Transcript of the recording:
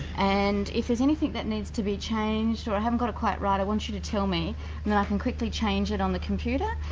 and if there's anything that needs to be changed, or i haven't got it quite right, i want you to tell me and and i can quickly change it on the computer,